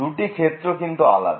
দুটি ক্ষেত্র কিন্তু আলাদা